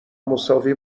مساوی